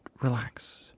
relax